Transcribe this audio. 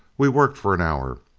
we worked for an hour.